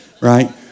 right